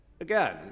Again